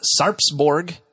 Sarpsborg